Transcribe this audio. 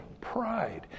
pride